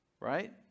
right